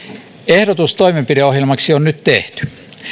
ehdotus toimenpideohjelmaksi on nyt tehty